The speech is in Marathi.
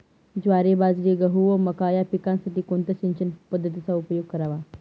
ज्वारी, बाजरी, गहू व मका या पिकांसाठी कोणत्या सिंचन पद्धतीचा उपयोग करावा?